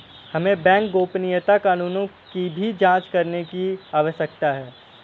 हमें बैंक गोपनीयता कानूनों की भी जांच करने की आवश्यकता है